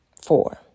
Four